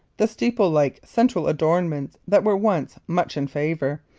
the steeple-like central adornments that were once much in favor,